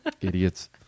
Idiots